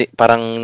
parang